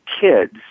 kids